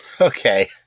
Okay